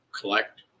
collect